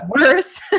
worse